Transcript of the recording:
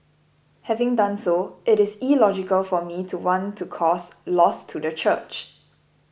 having done so it is illogical for me to want to cause loss to the church